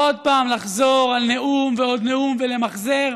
עוד פעם לחזור על נאום ועוד נאום ולמחזר?